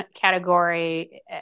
category